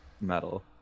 metal